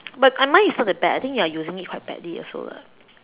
but I mine is not that bad I think you're using it quite badly also lah